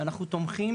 אנחנו תומכים